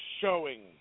showing